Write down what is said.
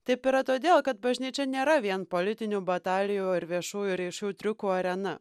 taip yra todėl kad bažnyčia nėra vien politinių batalijų ar viešųjų ryšių triukų arena